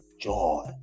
joy